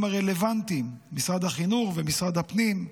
הרלוונטיים: משרד החינוך ומשרד הפנים.